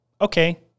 Okay